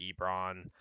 Ebron